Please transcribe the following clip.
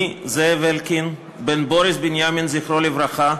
אני, זאב אלקין, בן בוריס בנימין, זכרו לברכה,